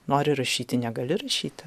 nori rašyti negali rašyti